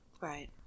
Right